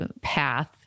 Path